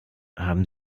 haben